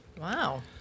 wow